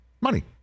Money